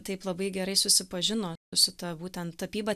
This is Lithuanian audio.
taip labai gerai susipažino su ta būtent tapyba